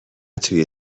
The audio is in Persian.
توی